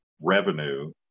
revenue